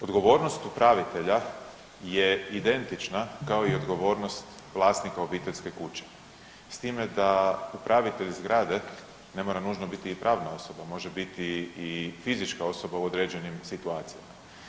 Odgovornost upravitelja je identična kao i odgovornost vlasnika obiteljske kuće s time da upravitelj zgrade ne mora nužno biti i pravna osoba može biti i fizička osoba u određenim situacijama.